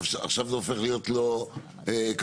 עכשיו זה הופך להיות לא כלכלי,